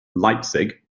leipzig